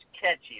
catchy